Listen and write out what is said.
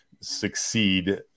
succeed